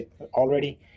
already